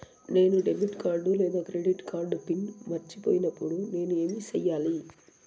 నేను debit card లేదా credit card PIN మర్చిపోయినప్పుడు నేను ఏమి సెయ్యాలి?